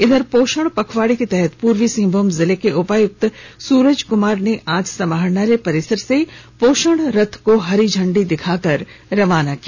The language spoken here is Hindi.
इधर पोषण पखवाड़ा के तहत पूर्वी सिंहभूम जिले के उपायुक्त सूरज कुमार ने आज समाहरणालय परिसर से पोषण रथ को हरी झंडी दिखाकर रवाना किया